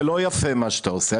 זה לא יפה מה שאתה עושה.